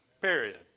Period